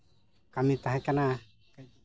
ᱠᱟᱹᱢᱤ ᱛᱟᱦᱮᱸ ᱠᱟᱱᱟ